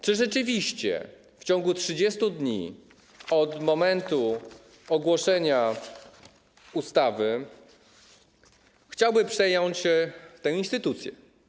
Czy rzeczywiście w ciągu 30 dni od momentu ogłoszenia ustawy chciałby przejąć tę instytucję?